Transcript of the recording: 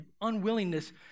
unwillingness